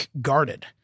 guarded